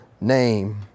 name